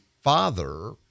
father